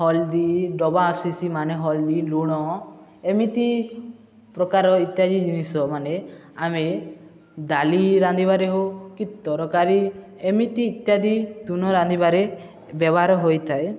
ହଳଦୀ ଡବା ଆସିି ମାନେ ହଳଦୀ ଲୁଣ ଏମିତି ପ୍ରକାର ଇତ୍ୟାଦି ଜିନିଷ ମାନେ ଆମେ ଡାଲି ରାନ୍ଧିବାରେ ହଉ କି ତରକାରୀ ଏମିତି ଇତ୍ୟାଦି ତୁଣ ରାନ୍ଧିବାରେ ବ୍ୟବହାର ହୋଇଥାଏ